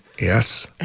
Yes